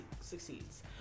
succeeds